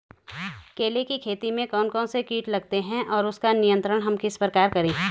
केले की खेती में कौन कौन से कीट लगते हैं और उसका नियंत्रण हम किस प्रकार करें?